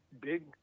big